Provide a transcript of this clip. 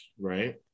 right